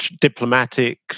diplomatic